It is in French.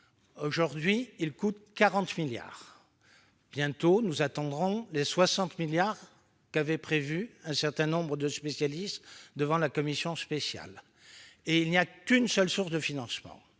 aujourd'hui 40 milliards d'euros. Bientôt, il atteindra les 60 milliards d'euros qu'avaient prévus un certain nombre de spécialistes devant la commission spéciale. Il n'y a qu'une seule source de financement,